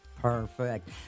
Perfect